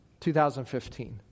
2015